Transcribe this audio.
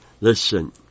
listen